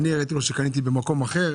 אני הראיתי לו שקניתי במקום אחר,